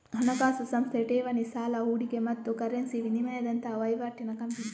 ಹಣಕಾಸು ಸಂಸ್ಥೆ ಠೇವಣಿ, ಸಾಲ, ಹೂಡಿಕೆ ಮತ್ತು ಕರೆನ್ಸಿ ವಿನಿಮಯದಂತಹ ವೈವಾಟಿನ ಕಂಪನಿ